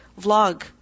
vlog